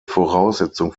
voraussetzung